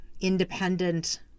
independent